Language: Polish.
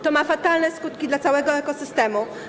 To ma fatalne skutki dla całego ekosystemu.